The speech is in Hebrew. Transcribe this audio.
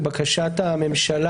לבקשת הממשלה,